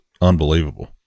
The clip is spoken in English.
unbelievable